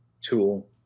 tool